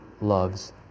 loves